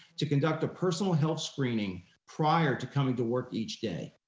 to conduct a personal health screening prior to coming to work each day.